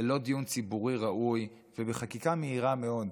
ללא דיון ציבורי ראוי ובחקיקה מהירה מאוד.